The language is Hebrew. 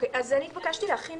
התבקשתי להכין